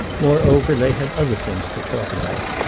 moreover they had other things to talk about,